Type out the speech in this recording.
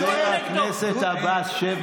חבר הכנסת עבאס, שב, בבקשה.